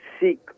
seek